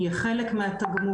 יהיה חלק מהתגמול,